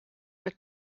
were